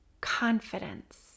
confidence